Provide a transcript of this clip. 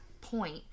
point